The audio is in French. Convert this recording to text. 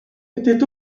était